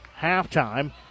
halftime